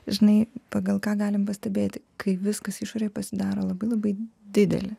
žinai pagal ką galim pastebėti kai viskas išorėj pasidaro labai labai didelį